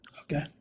Okay